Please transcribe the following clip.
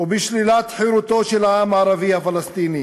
ובשלילת חירותו של העם הערבי הפלסטיני